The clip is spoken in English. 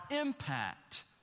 impact